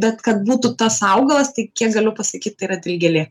bet kad būtų tas augalas tai kiek galiu pasakyt tai yra dilgėlė